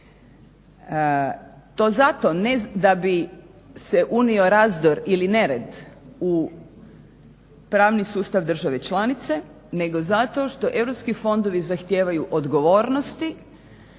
To zato, ne da bi se unio razdor ili nered u pravni sustav države članice, nego zato što europski fondovi zahtijevaju odgovornosti.